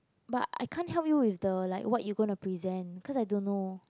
but I can't help you with the like what you gonna present cause I don't know